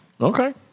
Okay